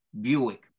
buick